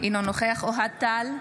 אינו נוכח אוהד טל,